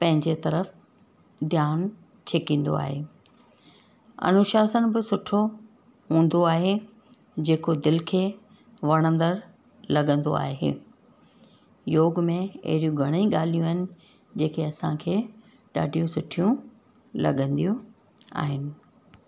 पंहिंजे तर्फ़ु ध्यानु छिकींदो आहे अनुशासन बि सुठो हूंदो आहे जेको दिलि खे वणंदड़ु लॻंदो आहे योग में अहिड़ियूं घणेई ॻाल्हियूं आहिनि जेके असांखे ॾाढियूं सुठियूं लॻंदियूं आहिनि